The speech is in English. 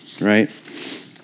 right